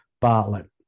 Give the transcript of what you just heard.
Bartlett